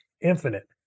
infinite